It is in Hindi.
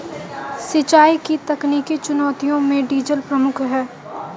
सिंचाई की तकनीकी चुनौतियों में डीजल प्रमुख है